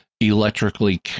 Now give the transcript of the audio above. electrically